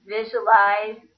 Visualize